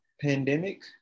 pandemic